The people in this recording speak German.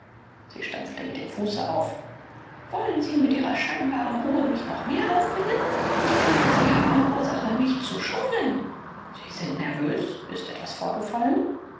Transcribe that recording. sie stampfte mit dem fuße auf wollen sie mit ihrer scheinbaren ruhe mich noch mehr aufbringen ich denke sie haben alle ursache mich zu schonen sie sind nervös ist etwas vorgefallen